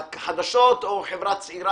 או אחת החברות החדשות,